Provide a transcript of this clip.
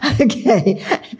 Okay